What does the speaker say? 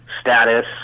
status